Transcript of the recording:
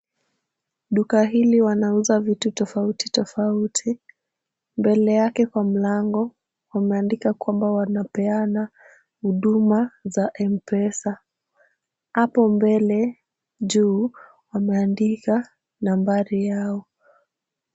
Duka hili wanauza vitu tofauti tofauti. Mbele yake kwa mlango wameandika kwamba wanapeana huduma za M-Pesa. Hapo mbele juu wameandika nambari yao.